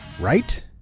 Right